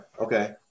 Okay